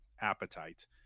appetite